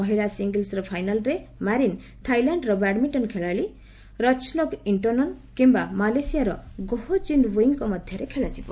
ମହିଳା ସିଙ୍ଗଲ୍ସର ଫାଇନାଲରେ ମାରିନ୍ ଥାଇଲାଣ୍ଡର ବ୍ୟାଡ୍ମିଷ୍କନ ଖେଳାଳି ରଚ୍ନୋକ୍ ଇଷ୍ଟୋନନ୍ କିମ୍ବା ମାଲେସିଆର ଗୋହ୍ ଜିନ୍ ୱଇଙ୍କ ମଧ୍ୟରେ ଖେଳାଯିବ